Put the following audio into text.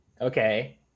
Okay